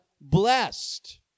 blessed